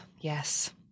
yes